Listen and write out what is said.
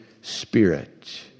Spirit